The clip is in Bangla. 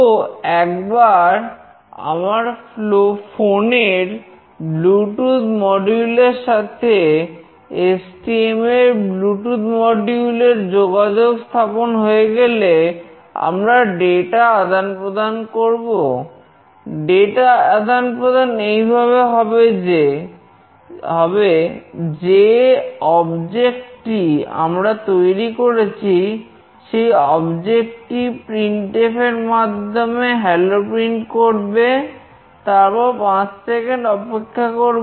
তো একবার আমার ফোনের ব্লুটুথ মডিউল করব